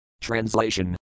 Translation